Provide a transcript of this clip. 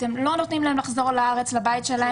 אתם לא נותנים להם לחזור לארץ, לבית שלהם.